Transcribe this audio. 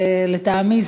לטעמי,